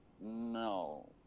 No